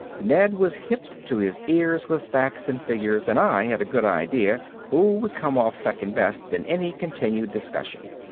ned was hipped to his ears with facts and figures and i had a good idea who would come off second best in any continued discussion.